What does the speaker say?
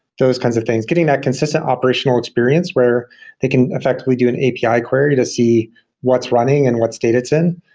those kinds of things getting that consistent operational experience, where they can affect we do an api query to see what's running and what state it's in,